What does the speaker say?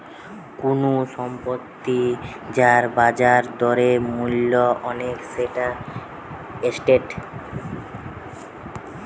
কুনু সম্পত্তি যার বাজার দরে মূল্য অনেক সেটা এসেট